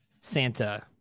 Santa